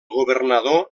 governador